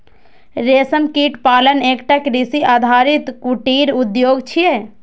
रेशम कीट पालन एकटा कृषि आधारित कुटीर उद्योग छियै